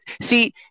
See